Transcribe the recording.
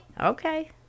okay